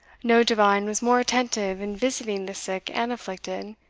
no divine was more attentive in visiting the sick and afflicted,